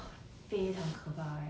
that that day watch the mid solar